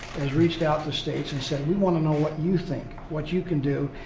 has reached out to states and said, we want to know what you think, what you can do.